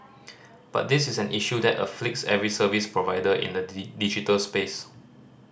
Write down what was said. but this is an issue that afflicts every service provider in the digital space